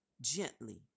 Gently